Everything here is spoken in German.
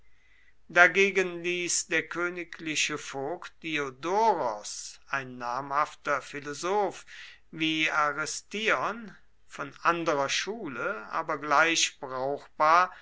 dagegen ließ der königliche vogt diodoros ein namhafter philosoph wie aristion von anderer schule aber gleich brauchbar